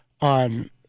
on